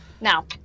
Now